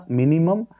minimum